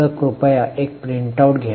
तर कृपया एक प्रिंट आउट घ्या